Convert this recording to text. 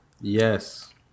Yes